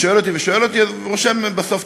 ושואל אותי ושואל אותי,